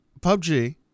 PUBG